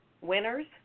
winners